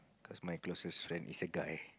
cause my closest friend is a guy